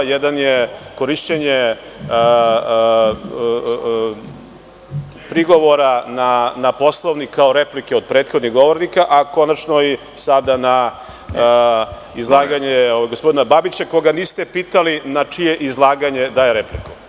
Jedan je korišćenje prigovora na Poslovnik kao replike od prethodnih govornika, a konačno i sada na izlaganje gospodina Babića, koga niste pitali na čije izlaganje daje repliku.